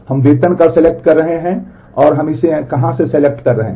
हम वेतन का सेलेक्ट कर रहे हैं